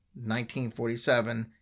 1947